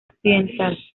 occidental